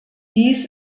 dies